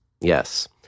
Yes